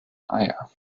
eier